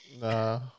Nah